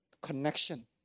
connection